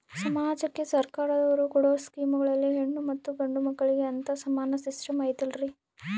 ಸಮಾಜಕ್ಕೆ ಸರ್ಕಾರದವರು ಕೊಡೊ ಸ್ಕೇಮುಗಳಲ್ಲಿ ಹೆಣ್ಣು ಮತ್ತಾ ಗಂಡು ಮಕ್ಕಳಿಗೆ ಅಂತಾ ಸಮಾನ ಸಿಸ್ಟಮ್ ಐತಲ್ರಿ?